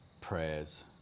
prayers